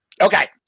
Okay